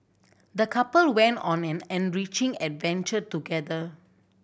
the couple went on an enriching adventure together